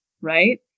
right